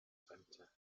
center